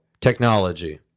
technology